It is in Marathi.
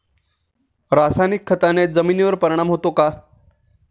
रासायनिक खताने जमिनीवर परिणाम होतो का?